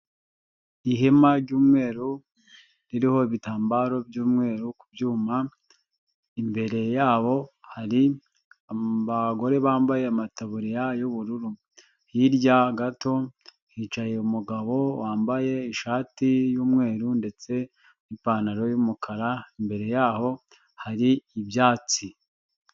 Ihema ry'umweru ririho ibitambaro by'umweru ku byuma imbere yaho hari abagore bambaye amataburiya y'ubururu, hirya gato hicaye umugabo wambaye ishati y'umweru ndetse n n'ipantaro y'umukara, imbere yaho hari ibyatsi.